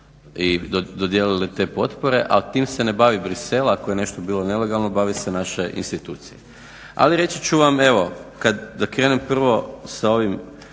i dodijelili te potpore. Ali tim se ne bavi Bruxelles. Ako je nešto bilo nelegalno, bave se naše institucije. Ali reći ću vam evo, da krenem prvo sa ovim